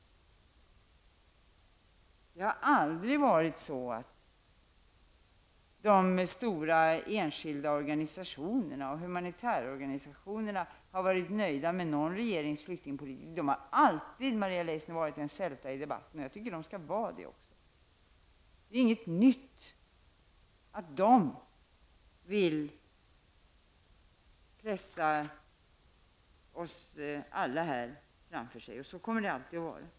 De stora enskilda organisationerna och humanitärorganisationerna har aldrig varit nöjda med någon regerings flyktingpolitik. Det har alltid, Maria Leissner, varit en sälta i debatten. Jag tycker att de skall ha den inställningen. Det är inget nytt att de vill pressa oss alla här framför sig. Så kommer det alltid att vara.